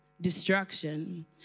Destruction